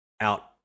out